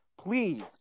Please